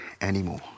anymore